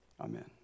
amen